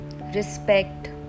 respect